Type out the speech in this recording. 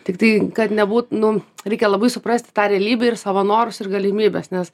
tiktai kad nebūt nu reikia labai suprasti tą realybę ir savo norus ir galimybes nes